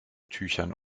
tüchern